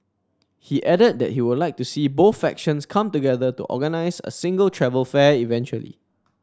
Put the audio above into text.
he added that he would like to see both factions come together to organise a single travel fair eventually